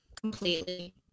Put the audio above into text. completely